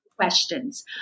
Questions